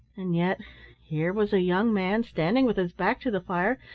and yet here was a young man, standing with his back to the fire,